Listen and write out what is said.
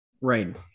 Right